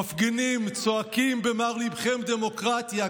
מפגינים וצועקים במר ליבכם "דמוקרטיה".